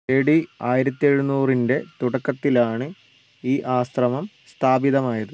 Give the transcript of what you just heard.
A D ആയിരത്തി എഴുനൂറിൻ്റെ തുടക്കത്തിലാണ് ഈ ആശ്രമം സ്ഥാപിതമായത്